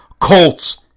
Colts